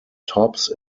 tops